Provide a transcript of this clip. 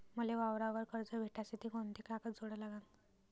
मले वावरावर कर्ज भेटासाठी कोंते कागद जोडा लागन?